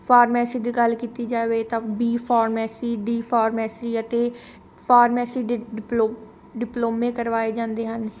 pharmacy ਦੀ ਗੱਲ ਕੀਤੀ ਜਾਵੇ ਤਾਂ ਬੀ ਫੋਰਮੈਸੀ ਡੀ ਫੋਰਮੈਸੀ ਅਤੇ ਫਾਰਮੈਸੀ ਡਿ ਡਿਪਲੋ ਡਿਪਲੋਮੇ ਕਰਵਾਏ ਜਾਂਦੇ ਹਨ